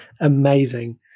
Amazing